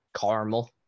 Caramel